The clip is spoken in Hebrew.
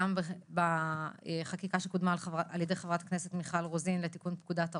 גם בחקיקה שקודמה על ידי חברת הכנסת מיכל רוזין לתיקון פקודת הרופאים.